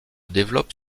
développe